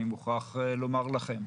אני מוכרח לומר לכם.